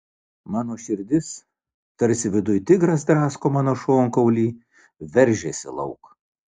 mano širdis tarsi viduj tigras drasko mano šonkaulį veržiasi lauk